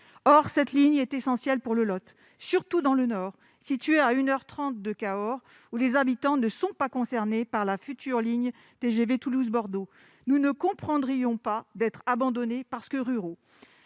or cette ligne est essentielle pour le Lot, surtout dans le Nord, située à une heure 30 de Cahors, où les habitants ne sont pas concernés par la future ligne TGV Toulouse-Bordeaux : nous ne comprendrions pas d'être abandonné parce que ruraux,